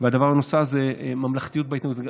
הדבר הנוסף זה ממלכתיות בהתנהגות,